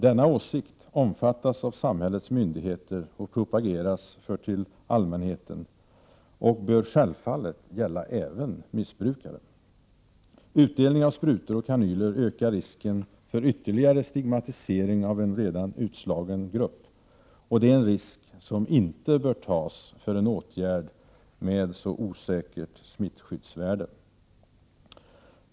Denna åsikt omfattas av samhällets myndigheter, den propageras för allmänheten och bör självfallet gälla även missbrukare. Utdelning av sprutor och kanyler ökar risken för ytterligare stigmatisering av en redan utslagen grupp. Det är en risk som inte bör tas för en åtgärd med så osäkert smittskyddsvärde.